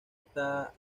esta